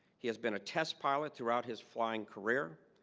he has been a test pilot throughout his flying career.